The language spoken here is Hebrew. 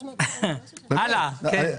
הלאה, כן.